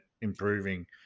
improving